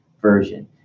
version